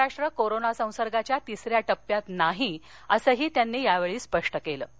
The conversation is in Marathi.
महाराष्ट्र कोरोनासंसर्गाच्या तिसऱ्या टप्प्यात नाही असंही त्यांनी यावछी स्पष्ट कल्र